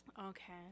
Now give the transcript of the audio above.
Okay